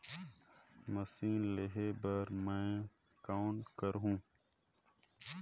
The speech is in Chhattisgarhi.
मशीन लेहे बर मै कौन करहूं?